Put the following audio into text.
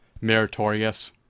meritorious